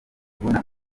kubona